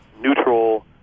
neutral